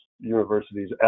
universities